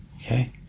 Okay